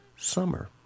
Summer